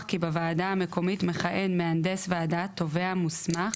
כי בוועדה המקומית מכהן מהנדס ועדה תובע מוסמך